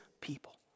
people